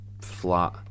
flat